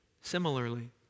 Similarly